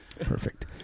Perfect